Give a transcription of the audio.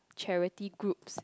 charity groups